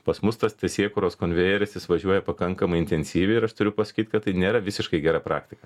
pas mus tas teisėkūros konvejeris jis važiuoja pakankamai intensyviai ir aš turiu pasakyt kad tai nėra visiškai gera praktika